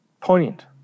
poignant